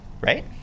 right